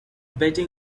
betting